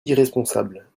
irresponsable